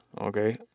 Okay